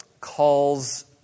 calls